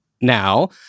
now